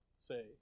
Say